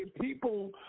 people